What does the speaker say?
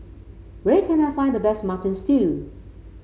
where can I find the best Mutton Stew